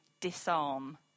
disarm